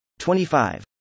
25